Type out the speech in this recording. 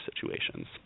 situations